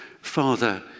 Father